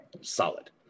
solid